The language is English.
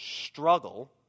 struggle